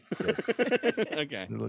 Okay